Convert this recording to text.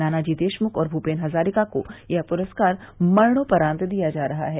नानाजी देशमुख और भूपेन हजारिका को यह पुरस्कार मरणोपरांत दिया जा रहा है